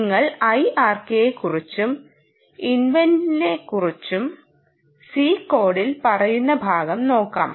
നിങ്ങൾ IRKയെക്കുറിച്ചും ഇൻ്റർവെല്ലിനെക്കുറിച്ചും C കോഡിൽ പറയുന്ന ഭാഗം നോക്കാം